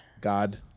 God